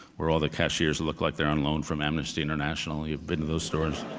where all the cashiers look like they're on loan from amnesty international. you've been to those stores.